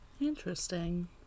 Interesting